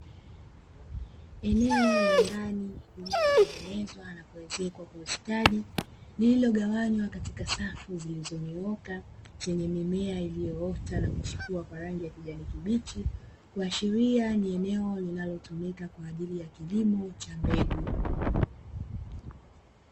Eneo la ndani lililotengenezwa na kuezekwa kwa ustadi lililogawanywa katika safu zilizonyooka zenye mimea iliyoota na kuchipua kwa rangi ya kijani kibichi, kuashiria ni eneo linalotumika kwa ajili ya kilimo cha mbegu.